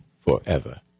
forever